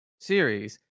series